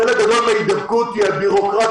חלק גדול מן ההידבקות נובעת מן הבירוקרטיה